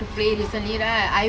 um whatever